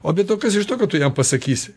o be to kas iš to kad tu jam pasakysi